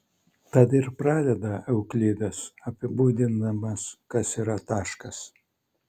tad ir pradeda euklidas apibūdindamas kas yra taškas